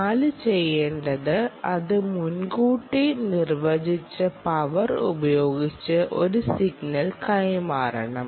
4 ചെയ്യേണ്ടത് അത് മുൻകൂട്ടി നിർവചിച്ച പവർ ഉപയോഗിച്ച് ഒരു സിഗ്നൽ കൈമാറണം